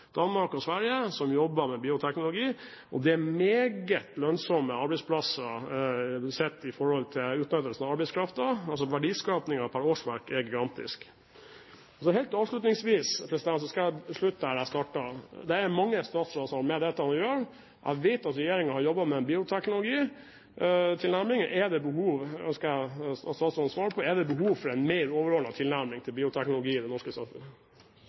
Danmark og Sverige som jobber med bioteknologi, og det er meget lønnsomme arbeidsplasser sett i forhold til utnyttelsen av arbeidskraften. Altså: Verdiskapingen per årsverk er gigantisk. Helt avslutningsvis skal jeg slutte der jeg startet. Det er mange statsråder som har med dette å gjøre. Jeg vet at regjeringen har jobbet med bioteknologitilnærming. Jeg ønsker at statsråden kan svare: Er det behov for en mer overordnet tilnærming til bioteknologi i det norske samfunnet?